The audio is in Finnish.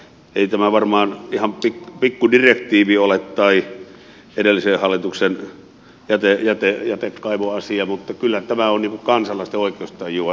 ei tämä varmaan ihan pikku direktiivi ole tai edellisen hallituksen eteen ja tehty joten kai jätekaivoasia mutta kyllä tämä on kansalaisten oikeustajua loukannut